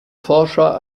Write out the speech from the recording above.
forscher